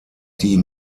die